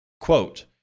Quote